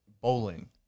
Bowling